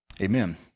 Amen